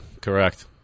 correct